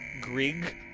Grig